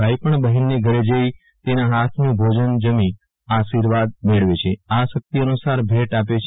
ભાઈ પણ બહેનના ઘરે જઈ તેના હાથનું ભોજન જમી આર્શીવાદ મેળવે છે અને શક્તિ અનુસાર ભેટ આપે છે